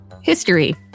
History